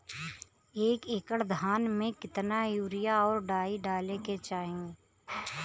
एक एकड़ धान में कितना यूरिया और डाई डाले के चाही?